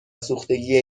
سوختگی